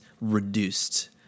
reduced